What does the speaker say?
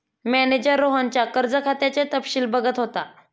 manager रोहनच्या कर्ज खात्याचे तपशील बघत होता